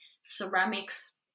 ceramics